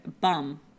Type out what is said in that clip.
bum